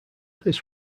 this